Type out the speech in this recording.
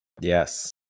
Yes